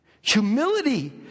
Humility